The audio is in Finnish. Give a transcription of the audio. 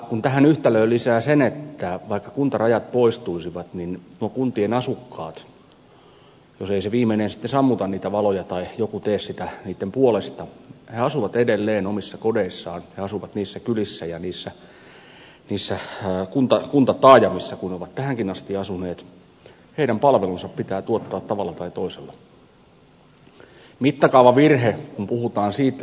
kun tähän yhtälöön lisää sen että vaikka kuntarajat poistuisivat niin nuo kuntien asukkaat jos ei se viimeinen sitten sammuta niitä valoja tai joku tee sitä hänen puolestaan asuvat edelleen omissa kodeissaan he asuvat niissä kylissä ja niissä kuntataajamissa joissa ovat tähänkin asti asuneet heidän palvelunsa pitää tuottaa tavalla tai toisella